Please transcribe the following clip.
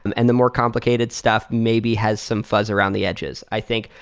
and the more complicated stuff maybe has some fuzz around the edges. i think,